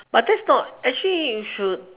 but that's not actually you should